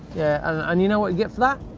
and you know what you get for that?